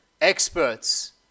experts